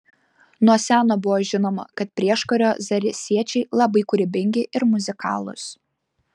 nuo seno buvo žinoma kad prieškario zarasiečiai labai kūrybingi ir muzikalūs